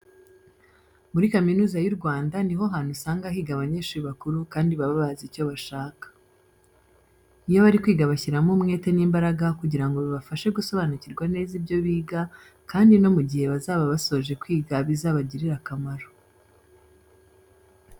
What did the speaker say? Muri Kaminuza y'u Rwanda ni ho hantu usanga higa abanyeshuri bakuru kandi baba bazi icyo bashaka. Iyo bari kwiga bashyiramo umwete n'imbaraga kugira ngo bibafashe gusobanukirwa neza ibyo biga kandi no mu gihe bazaba basoje kwiga bizabagirire akamaro.